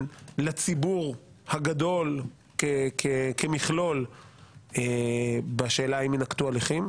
לציבור הגדול כמכלול בשאלה אם יינקטו הליכים,